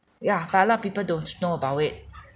ya but a lof of people don't know about it